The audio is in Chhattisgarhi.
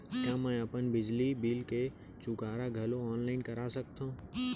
का मैं अपन बिजली बिल के चुकारा घलो ऑनलाइन करा सकथव?